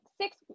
six